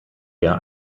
eher